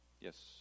Yes